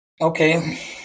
Okay